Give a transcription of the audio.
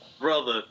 Brother